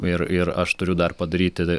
ir ir aš turiu dar padaryti